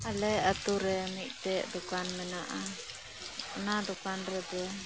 ᱟᱞᱮ ᱟᱛᱩ ᱨᱮ ᱢᱤᱫᱴᱮᱡ ᱫᱚᱠᱟᱱ ᱢᱮᱱᱟᱜᱼᱟ ᱚᱱᱟ ᱫᱚᱠᱟᱱ ᱨᱮᱜᱮ